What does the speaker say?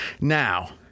Now